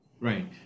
Right